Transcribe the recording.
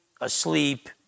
asleep